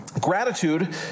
Gratitude